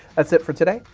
that's it for today.